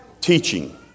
teaching